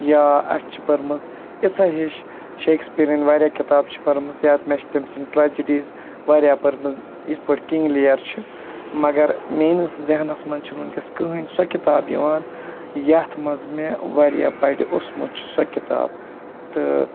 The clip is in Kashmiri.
یا اَسہِ چھِ پٔرمٕژ اِژھے ہِش شیکٕسپیرن واریاہ کِتاب چھِ پٔرمٕژ یا مےٚ چھِ تٔمۍ سٕنٛدۍ ٹریجِڈیٖز واریاہ پٔرمٕژ یِتھ پٲٹھۍ کِنٛگ لیَر چھِ مگر میٛٲنِس ذہنَس منٛز چھِ نہٕ وٕنکیٚس کہٕیٖنۍ سۄ کِتاب یِوان یَتھ منٛز مےٚ واریاہ بَڑِ اوسمُت چھُ سۄ کِتاب تہٕ